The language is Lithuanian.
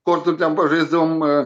kortom ten pažaisdavom